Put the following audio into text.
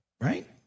right